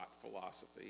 philosophy